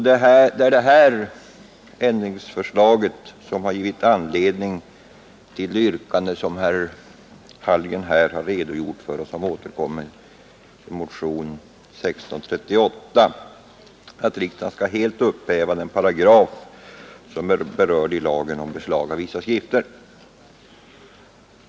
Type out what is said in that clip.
Det är detta ändringsförslag som givit anledning till det yrkande i motionen 1638 som herr Hallgren här har redogjort för och som syftar till att riksdagen helt skall upphäva den paragraf som är berörd i lagen om beslag å vissa skrifter.